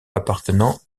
appartenant